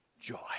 joy